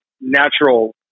natural